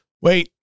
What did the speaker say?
Wait